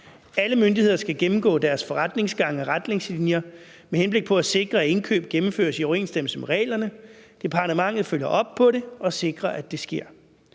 Alle myndigheder skal gennemgå deres forretningsgange og retningslinjer med henblik på at sikre, at indkøb gennemføres i overensstemmelse med reglerne. Departementet følger op på det og sikrer, at det sker.